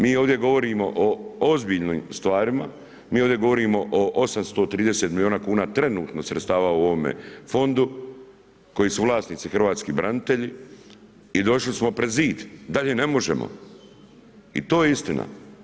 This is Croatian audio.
Mi ovdje govorimo o ozbiljnim stvarima, mi ovdje govorimo o 830 milijuna kuna trenutno sredstava u ovome fondu koji su vlasnici hrvatski branitelji i došli smo pred zid, dalje ne možemo i to je istina.